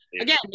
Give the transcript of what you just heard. again